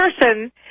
person